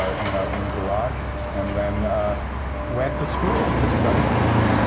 ah you know, in garages. and then went to school to study theatre.